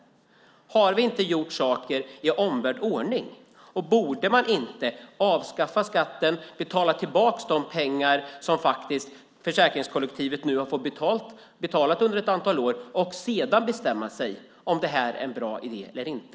Har vi inte gjort saker i omvänd ordning? Borde man inte avskaffa skatten, betala tillbaka de pengar som försäkringskollektivet nu har betalat under ett antal år och sedan bestämma sig för om det här är en bra idé eller inte?